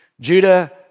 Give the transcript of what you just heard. Judah